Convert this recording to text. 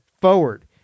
forward